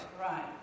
Right